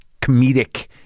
comedic